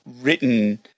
written